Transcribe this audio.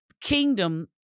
kingdom